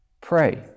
Pray